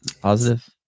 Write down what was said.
Positive